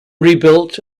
rebuilt